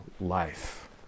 life